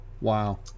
Wow